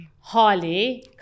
Holly